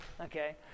Okay